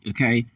Okay